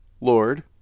lord